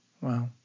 Wow